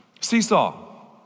Seesaw